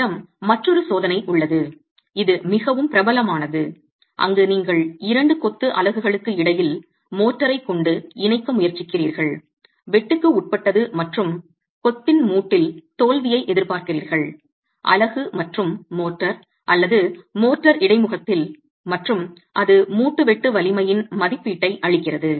உங்களிடம் மற்றொரு சோதனை உள்ளது இது மிகவும் பிரபலமானது அங்கு நீங்கள் இரண்டு கொத்து அலகுகளுக்கு இடையில் மோர்டார் ஐ கொண்டு இணைக்க முயற்சிக்கிறீர்கள் வெட்டுக்கு உட்பட்டது மற்றும் கொத்தின் மூட்டில் தோல்வியை எதிர்பார்க்கிறீர்கள் அலகு மற்றும் மோர்டார் அல்லது மோர்டார் இடைமுகத்தில் மற்றும் அது மூட்டு வெட்டு வலிமையின் மதிப்பீட்டை அளிக்கிறது